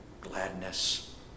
gladness